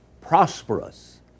prosperous